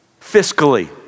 Fiscally